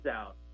out